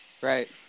Right